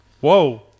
Whoa